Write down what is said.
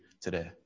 today